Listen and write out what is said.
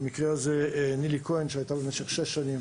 במקרה הזה, נילי כהן, שהיתה במשך 6 שנים